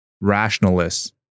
rationalists